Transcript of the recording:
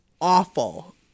awful